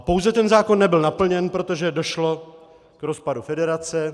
Pouze ten zákon nebyl naplněn, protože došlo k rozpadu federace.